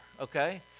okay